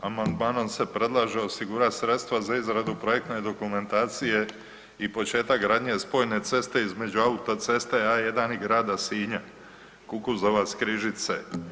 Amandmanom se predlaže osigurat sredstva za izradu projektne dokumentacije i početak gradnje spojene ceste između autoceste A1 i grada Sinja, Kukuzovac-Križice.